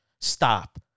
stop